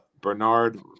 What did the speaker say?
Bernard